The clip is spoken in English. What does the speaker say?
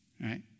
right